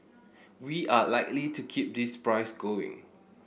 we are likely to keep this price going